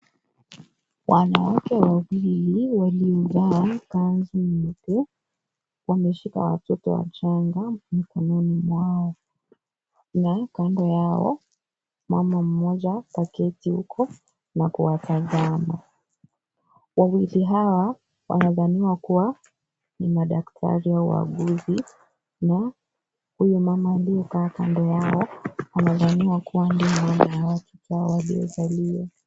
Wanawake wawili waliovaa kanzu nyeupe wameshika watoto wachanga mikononi mwao na kando yao mama mmoja kaketi huko na kuwatazama. Wawili hawa wanadhaniwa kuwa ni madaktari au wauguzi na huyu mama aliyekaa kando yao anadhaniwa kuwa ndiye mama yao, ya waliozaliwa.